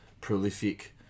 prolific